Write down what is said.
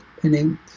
pinning